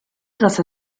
grâce